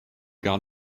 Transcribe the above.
gar